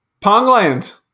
Pongland